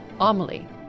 Amelie